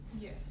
Yes